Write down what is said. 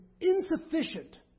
insufficient